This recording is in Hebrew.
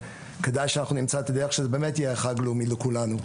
וכדאי שאנחנו נמצא את הדרך שזה באמת יהיה חג לאומי לכולנו.